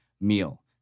meal